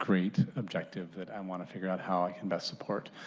great objective. but i want to figure out how i can best support.